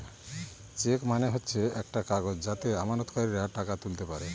check মানে হচ্ছে একটা কাগজ যাতে আমানতকারীরা টাকা তুলতে পারে